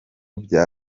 bya